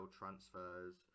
transfers